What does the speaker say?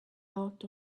out